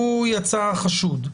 הוא יצא חשוד.